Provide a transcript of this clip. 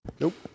Nope